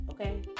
okay